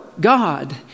God